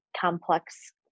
complex